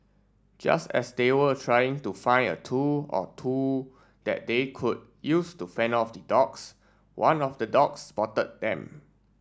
just as they were trying to find a tool or two that they could use to fend off the dogs one of the dogs spotted them